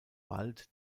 wald